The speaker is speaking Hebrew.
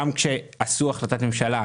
גם כשהתקבלה החלטת ממשלה,